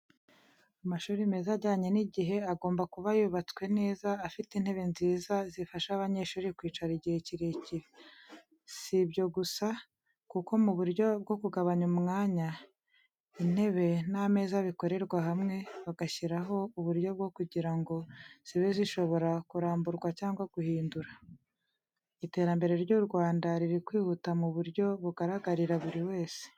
Amashuri meza ajyanye n’igihe, agomba kuba yubatswe neza, afite intebe nziza zifasha abanyeshuri kwicara igihe kirekire. Sibyo gusa, kuko mu buryo bwo kugabanya umwanya, intebe n’ameza bikorerwa hamwe bagashyiraho uburyo bwo kugira ngo zibe zishobora kuramburwa cyangwa guhindura. Iterambere ry’u Rwanda riri kwihuta mu buryo bugaragarira buri wese.